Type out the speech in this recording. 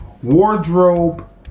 Wardrobe